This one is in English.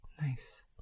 Nice